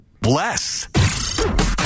Bless